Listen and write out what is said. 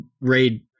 raid